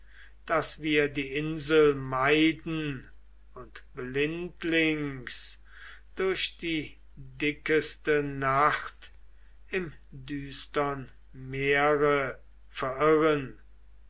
daß wir die insel meiden und blindlings durch die dickeste nacht im düstern meere verirren